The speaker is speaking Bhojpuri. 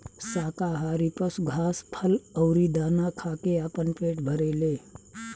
शाकाहारी पशु घास, फल अउरी दाना खा के आपन पेट भरेले